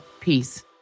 Peace